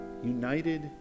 United